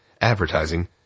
advertising